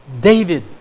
David